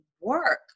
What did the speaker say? work